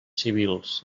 civils